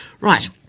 Right